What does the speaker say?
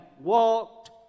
walked